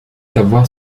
savoir